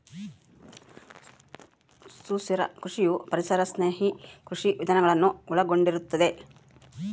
ಸುಸ್ಥಿರ ಕೃಷಿಯು ಪರಿಸರ ಸ್ನೇಹಿ ಕೃಷಿ ವಿಧಾನಗಳನ್ನು ಒಳಗೊಂಡಿರುತ್ತದೆ